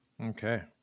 Okay